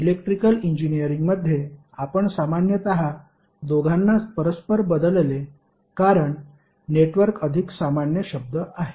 electrical इंजिनिअरिंगमध्ये आपण सामान्यत दोघांना परस्पर बदलले कारण नेटवर्क अधिक सामान्य शब्द आहे